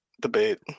debate